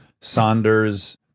Saunders